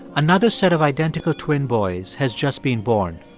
another set of identical twin boys has just been born.